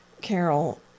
Carol